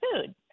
food